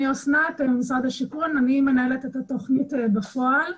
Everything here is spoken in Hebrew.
אני ממשרד השיכון, אני מנהלת את התוכנית בפועל.